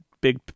big